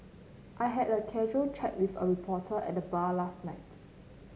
I had a casual chat with a reporter at the bar last night